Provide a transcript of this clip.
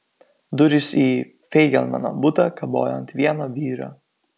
durys į feigelmano butą kabojo ant vieno vyrio